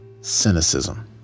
cynicism